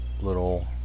little